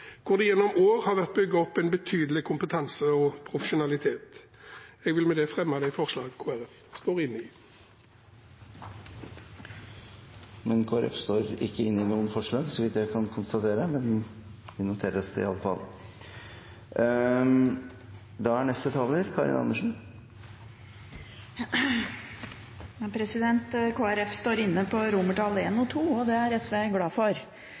hvor det gjennom år har vært bygd opp en betydelig kompetanse og profesjonalitet? Jeg vil med det fremme de forslag Kristelig Folkeparti står inne i. Kristelig Folkeparti står ikke inne i noen forslag, så vidt jeg kan konstatere, men det noteres i alle fall. Kristelig Folkeparti står inne på romertall I og II, og det er SV glad for.